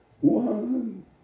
one